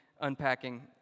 unpacking